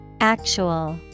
Actual